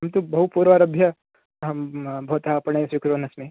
अहं तु बहु पूर्वमारभ्य अहं भवता आपणे स्वीकुर्वन् अस्मि